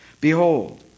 Behold